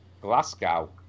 Glasgow